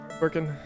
Working